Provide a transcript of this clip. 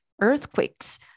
earthquakes